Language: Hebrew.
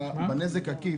ב"נזק עקיף",